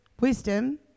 wisdom